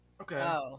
Okay